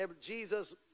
Jesus